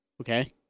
Okay